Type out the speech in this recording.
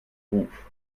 ruf